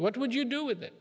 what would you do with it